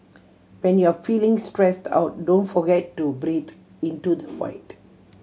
when you are feeling stressed out don't forget to breathe into the void